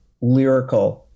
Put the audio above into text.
lyrical